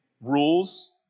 rules